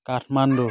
Kathmandu